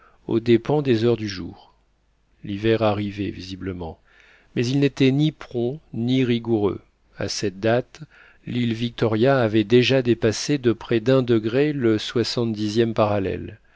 aux dépens des heures du jour l'hiver arrivait visiblement mais il n'était ni prompt ni rigoureux à cette date l'île victoria avait déjà dépassé de près d'un degré le soixante dixième parallèle